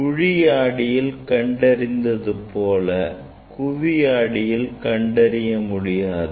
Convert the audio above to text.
குழி ஆடியில் கண்டறிந்தது போல் குவி ஆடியில் கண்டறிய முடியாது